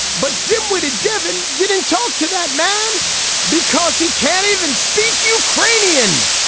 but dimwitted. devin didn't talk to that man because he can't even speak ukrainian